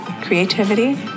creativity